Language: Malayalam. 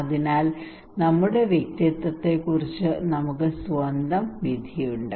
അതിനാൽ നമ്മുടെ വ്യക്തിത്വത്തെക്കുറിച്ച് നമുക്ക് സ്വന്തം വിധിയുണ്ട്